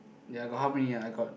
ya got how many ah I got